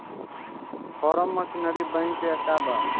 Form machinery bank का बा?